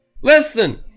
Listen